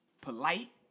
polite